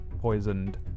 poisoned